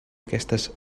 aquestes